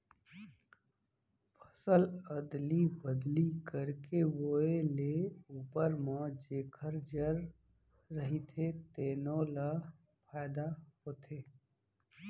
फसल अदली बदली करके बोए ले उप्पर म जेखर जर रहिथे तेनो ल फायदा होथे